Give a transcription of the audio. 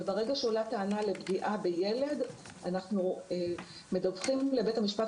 וברגע שעולה טענה לפגיעה בילד אנחנו מדווחים לבית המשפט.